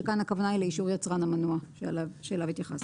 שכאן הכוונה היא לאישור יצרן המנוע שאליו התייחסתי.